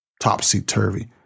topsy-turvy